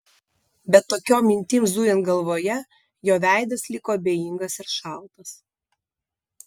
bet tokiom mintim zujant galvoje jo veidas liko abejingas ir šaltas